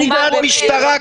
אנחנו במדינת משטרה.